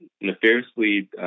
nefariously